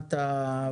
הכנת הקרקע.